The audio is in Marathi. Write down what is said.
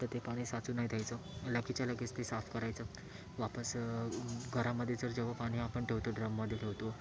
तर ते पाणी साचू नाही द्यायचं लगेच्या लगेच ते साफ करायचं वापस घरामध्ये जर जेव्हा पाणी आपण ठेवतो ड्रममध्ये ठेवतो